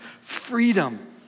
Freedom